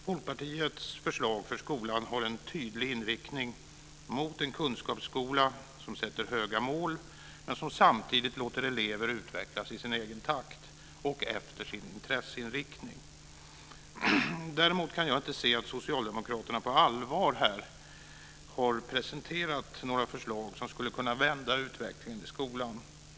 Folkpartiets förslag för skolan har en tydlig inriktning mot en kunskapsskola som sätter höga mål men som samtidigt låter elever utvecklas i sin egen takt och efter sin intresseinriktning. Däremot kan jag inte se att Socialdemokraterna på allvar har presenterat några förslag som skulle kunna vända utvecklingen i skolan.